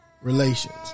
relations